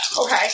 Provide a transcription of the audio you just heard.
Okay